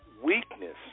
weakness